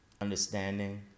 understanding